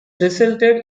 resulted